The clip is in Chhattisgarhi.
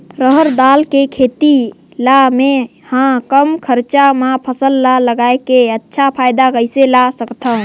रहर दाल के खेती ला मै ह कम खरचा मा फसल ला लगई के अच्छा फायदा कइसे ला सकथव?